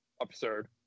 absurd